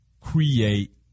create